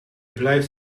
blijft